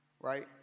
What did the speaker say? right